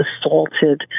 assaulted